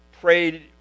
prayed